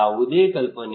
ಯಾವುದೇ ಕಲ್ಪನೆ